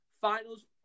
Finals